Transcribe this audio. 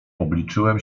obliczyłem